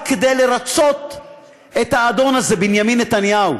רק כדי לרצות את האדון הזה, בנימין נתניהו,